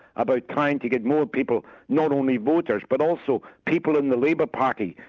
about trying to get more people, not only voters, but also people in the labour party,